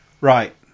Right